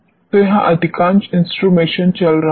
तो यहां अधिकांश इंस्ट्रूमेंटेशन चल रहा है